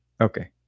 okay